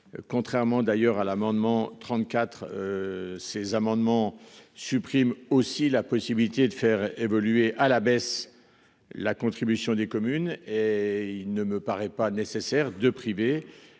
Contrairement d'ailleurs à l'amendement 34. Ces amendements supprime aussi la possibilité de faire évoluer à la baisse la contribution des communes et il ne me paraît pas nécessaire de priver